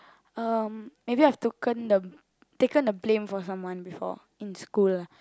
um maybe I've taken the taken the blame for someone before in school lah